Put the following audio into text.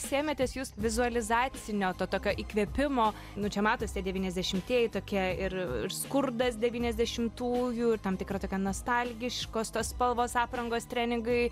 sėmėtės jūs vizualizacinio to tokio įkvėpimo nu čia matos tie devyniasdešimtieji tokie ir skurdas devyniasdešimtųjų ir tam tikra tokia nostalgiškos tos spalvos aprangos treningai